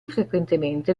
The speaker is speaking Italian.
frequentemente